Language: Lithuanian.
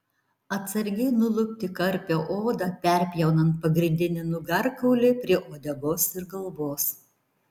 atsargiai nulupti karpio odą perpjaunant pagrindinį nugarkaulį prie uodegos ir galvos